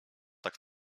tak